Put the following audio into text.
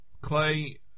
Clay